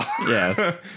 Yes